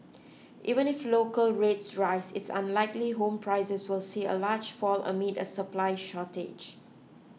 even if local rates rise it's unlikely home prices will see a large fall amid a supply shortage